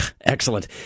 Excellent